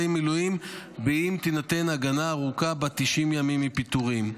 המילואים אם תינתן הגנה ארוכה בת 90 ימים מפיטורים.